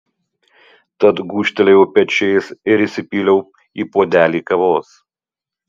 tad gūžtelėjau pečiais ir įsipyliau į puodelį kavos